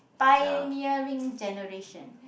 pioneering generation